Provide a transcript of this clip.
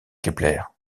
kepler